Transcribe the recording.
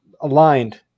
aligned